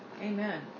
Amen